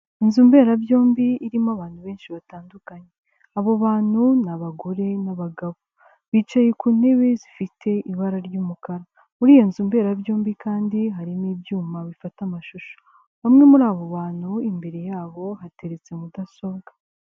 Inzu mberabyombi irimo abantu benshi batandukanye, abo bantu n'abagore n'abagabo bicaye ku ntebe zifite ibara ry'umukara muri iyo nzu mberabyombi kandi harimo ibyuma bifata amashusho, bamwe muri abo bantu imbere yabo hateretse mudasobwa.